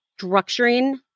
structuring